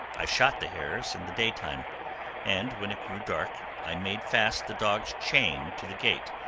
i shot the hares in the day time and when it grew dark, i made fast the dog's chain to the gate,